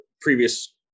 previous